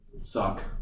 suck